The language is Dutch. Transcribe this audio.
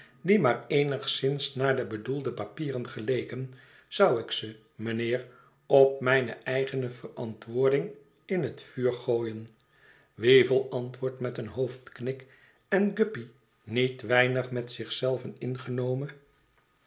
die maar eenigszins naar de bedoelde papieren geleken zou ik ze mijnheer op mijne eigene verantwoording in het vuur gooien weevle antwoordt met een hoofdknik en guppy niet weinig met zich zelven ingenomen